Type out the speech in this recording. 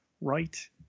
right